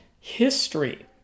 history